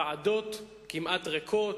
ועדות כמעט ריקות.